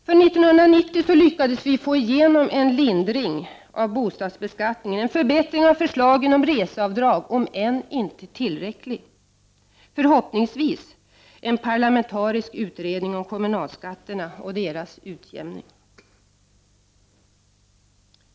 För 1990 lyckades vi få igenom en lindring av bostadsbeskattningen, en förbättring av förslagen om reseavdrag, om än inte tillräcklig, och förhoppningsvis en parlamentarisk utredning om kommunalskatterna och deras utjämning.